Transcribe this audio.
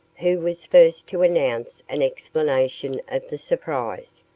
who was first to announce an explanation of the surprise.